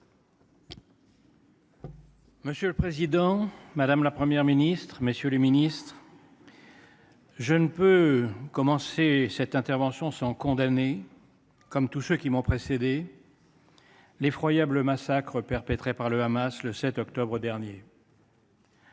Monsieur le président, madame la Première ministre, messieurs les ministres, mes chers collègues, je ne puis commencer cette intervention sans condamner, comme tous ceux qui m’ont précédé, l’effroyable massacre perpétré par le Hamas le 7 octobre dernier